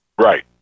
Right